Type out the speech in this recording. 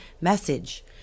message